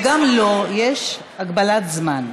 שגם לו יש הגבלת זמן.